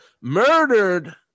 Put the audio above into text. murdered